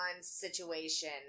situation